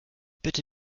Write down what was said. bitte